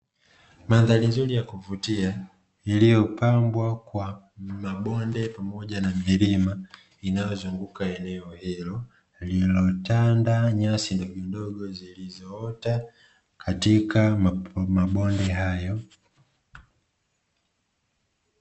Mandhari nzuri ya kuvutia, iliyopambwa kwa mabonde pamoja na milima, inayozunguka eneo hilo, lililotanda nyasi ndogondogo zilizoota katika mabonde hayo.